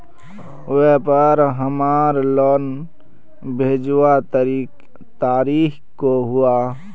व्यापार हमार लोन भेजुआ तारीख को हुआ?